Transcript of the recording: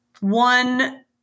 one